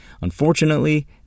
Unfortunately